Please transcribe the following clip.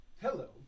Hello